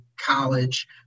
college